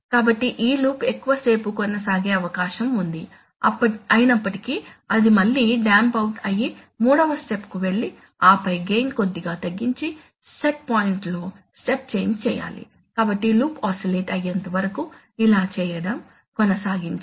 కాబట్టి ఈ లూప్ ఎక్కువసేపు కొనసాగే అవకాశం ఉంది అయినప్పటికీ అది మళ్ళీ డాంప్ అవుట్ అయ్యి 3 వ స్టెప్ కు వెళ్లి ఆపై గెయిన్ కొద్దిగా తగ్గించి సెట్ పాయింట్లలో స్టెప్ చేంజ్ చేయాలి కాబట్టి లూప్ ఆసిలేట్ అయ్యేంత వరకు ఇలా చేయడం కొనసాగించండి